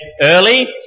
early